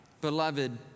beloved